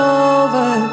over